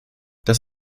das